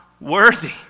worthy